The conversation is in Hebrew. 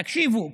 תקשיבו,